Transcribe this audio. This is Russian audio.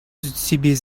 себе